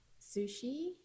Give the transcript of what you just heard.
sushi